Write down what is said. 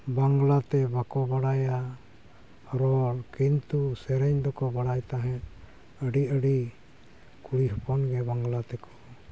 ᱵᱟᱝᱞᱟᱛᱮ ᱵᱟᱠᱚ ᱵᱟᱲᱟᱭᱟ ᱨᱚᱲ ᱠᱤᱱᱛᱩ ᱥᱮᱨᱮᱧ ᱫᱚᱠᱚ ᱵᱟᱲᱟᱭ ᱛᱟᱦᱮᱱ ᱟᱹᱰᱤ ᱟᱹᱰᱤ ᱠᱩᱲᱤ ᱦᱚᱯᱚᱱᱜᱮ ᱵᱟᱝᱞᱟ ᱛᱮᱠᱚ